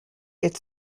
it’s